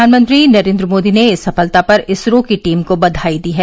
प्रधानमंत्री नरेन्द्र मोदी ने इस सफलता पर इसरो की टीम को बधाई दी है